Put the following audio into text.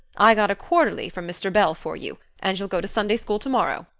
i got a quarterly from mr. bell for you and you'll go to sunday school tomorrow,